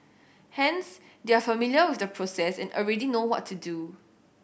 hence they are familiar with the process and already know what to do